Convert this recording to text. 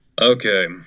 Okay